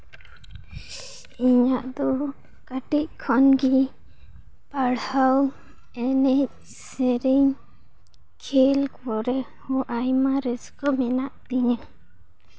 ᱤᱧᱟᱹᱜ ᱫᱚ ᱠᱟᱹᱴᱤᱡ ᱠᱷᱚᱱ ᱜᱮ ᱯᱟᱲᱦᱟᱣ ᱮᱱᱮᱡᱼᱥᱮᱨᱮᱧ ᱠᱷᱮᱞ ᱠᱚᱨᱮ ᱦᱚᱸ ᱟᱭᱢᱟ ᱨᱟᱹᱥᱠᱟᱹ ᱢᱮᱱᱟᱜ ᱛᱤᱧᱟᱹ